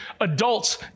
adults